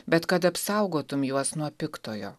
bet kad apsaugotum juos nuo piktojo